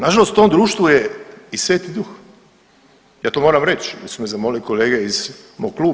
Nažalost u ovom društvu je i Sveti Duh ja to moram reći jer su me zamolile kolege iz mog kluba.